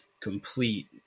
complete